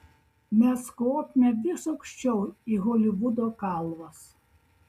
mes kopėme vis aukščiau į holivudo kalvas